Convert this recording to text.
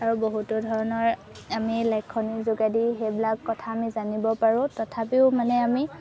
আৰু বহুতো ধৰণৰ আমি লিখনিৰ যোগেদি সেইবিলাক কথা আমি জানিব পাৰোঁ তথাপিও মানে আমি